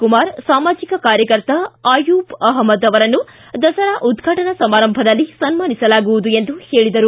ಕುಮಾರ್ ಸಾಮಾಜಿಕ ಕಾರ್ಯಕರ್ತ ಆಯೂಬ್ ಅಹಮದ್ ಅವರನ್ನು ದಸರಾ ಉದ್ರಾಟನಾ ಸಮಾರಂಭದಲ್ಲಿ ಸನ್ಮಾನಿಸಲಾಗುವುದು ಎಂದು ತಿಳಿಸಿದರು